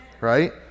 right